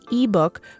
ebook